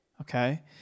Okay